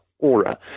aura